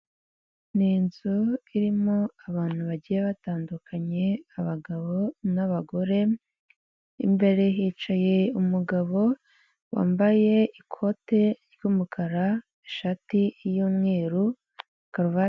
N’ inzu irimo abantu bagiye batandukanye, abagabo n'abagore, imbere hicaye umugabo wambaye ikote ry'umukara ishati y'umweru karuvati.